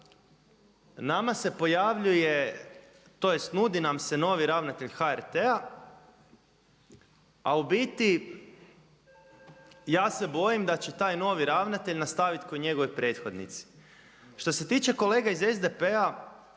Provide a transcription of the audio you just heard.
nama se pojavljuje tj. nudi nam se novi ravnatelj HRT-a, a u biti ja se bojim da će taj novi ravnatelj nastaviti kao njegovi prethodnici. Što se tiče kolega iz SDP-a